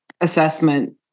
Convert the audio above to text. assessment